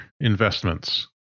investments